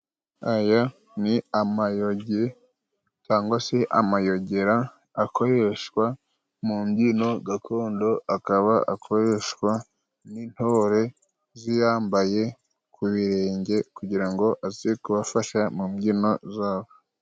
Aya ni amayoge cyangwa se amayogera, akoreshwa mu mbyino gakondo akaba akoreshwa n'intore ziyambaye ku birenge, kugira ngo aze kubafasha mu mbyino zabo.